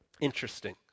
Interesting